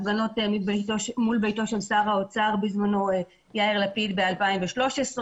הפגנות מול ביתו של שר האוצר בזמנו יאיר לפיד ב-2013,